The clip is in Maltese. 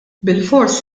bilfors